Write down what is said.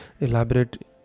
elaborate